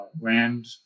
land